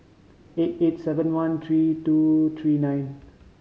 eight eight seven one three two three nine